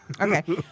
Okay